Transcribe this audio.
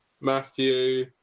Matthew